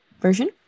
version